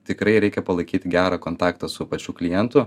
tikrai reikia palaikyt gerą kontaktą su pačiu klientu